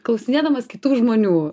klausinėdamas kitų žmonių